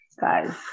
guys